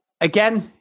again